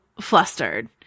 flustered